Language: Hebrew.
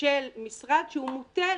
כשמגיעים